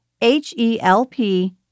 H-E-L-P